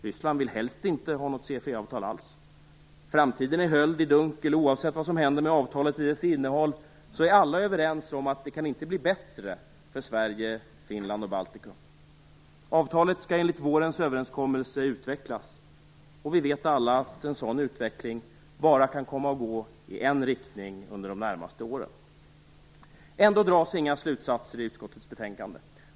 Ryssland vill helst inte ha något CFE-avtal alls. Framtiden är höljd i dunkel, och oavsett vad som händer med avtalet eller dess innehåll är alla överens om att det inte kan bli bättre för Sverige, Finland och Baltikum. Avtalet skall enligt vårens överenskommelse utvecklas. Vi vet alla att en sådan utveckling bara kan komma att gå i en riktning under de närmaste åren. Ändå dras inga slutsatser i utskottets betänkande.